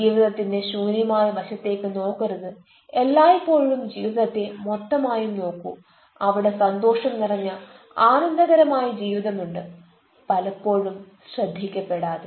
ജീവിതത്തിന്റെ ശൂന്യമായ വശത്തേക്ക് നോക്കരുത് എല്ലായ്പ്പോഴും ജീവിതത്തെ മൊത്തമായും നോക്കൂ അവിടെ സന്തോഷം നിറഞ്ഞ ആനന്ദകരമായ ജീവിതം ഉണ്ട് പലപ്പോഴും ശ്രദ്ധിക്കപ്പെടാതെ